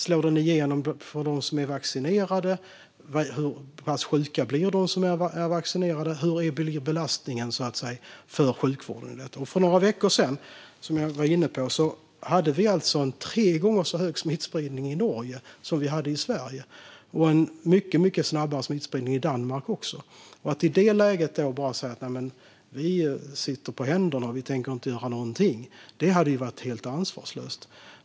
Slår den igenom för dem som är vaccinerade? Hur pass sjuka blir de som är vaccinerade? Hur hård är belastningen på sjukvården? För några veckor sedan var det, som jag var inne på, en tre gånger så hög smittspridning i Norge som i Sverige och en mycket snabbare smittspridning i Danmark. Att i det läget bara sitta på händerna och säga att vi inte tänker göra någonting hade varit helt ansvarslöst.